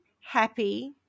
happy